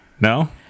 No